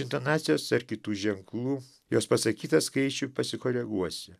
intonacijos ar kitų ženklų jos pasakytą skaičių pasikoreguosi